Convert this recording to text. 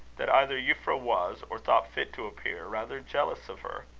that either euphra was, or thought fit to appear, rather jealous of her.